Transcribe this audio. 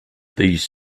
these